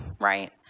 Right